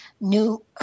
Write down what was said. new